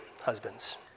husbands